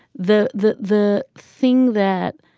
the the the thing that.